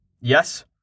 Yes